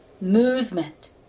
movement